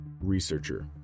Researcher